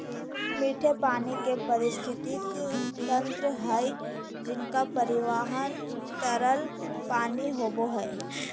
मीठे पानी के पारिस्थितिकी तंत्र हइ जिनका पर्यावरण तरल पानी होबो हइ